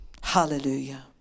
Hallelujah